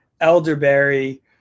elderberry